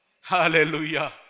Hallelujah